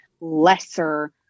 lesser